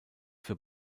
für